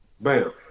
Bam